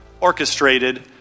orchestrated